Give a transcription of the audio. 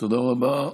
תודה רבה.